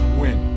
win